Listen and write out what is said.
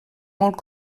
molt